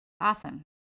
awesome